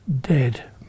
dead